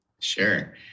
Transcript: sure